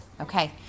okay